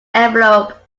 envelope